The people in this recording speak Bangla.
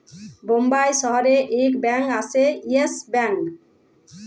বোম্বাই শহরে ইক ব্যাঙ্ক আসে ইয়েস ব্যাঙ্ক